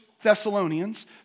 Thessalonians